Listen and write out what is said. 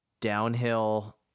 downhill